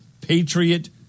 Patriot